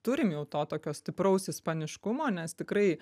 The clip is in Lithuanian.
turim jau to tokio stipraus ispaniškumo nes tikrai